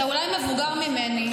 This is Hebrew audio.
אתה אולי מבוגר ממני,